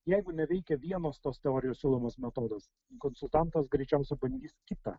jeigu neveikia vienas tos teorijos siūlomas metodas konsultantas greičiausiai bandys kitą